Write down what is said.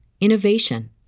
innovation